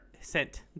sent